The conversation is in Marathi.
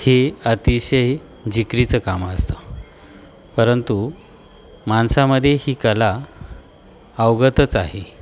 हे अतिशय जिकिरीचं कामं असतं परंतु माणसामध्ये ही कला अवगतच आहे